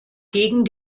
gegen